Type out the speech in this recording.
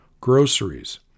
Groceries